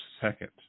second